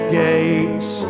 gates